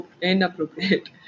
inappropriate